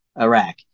Iraq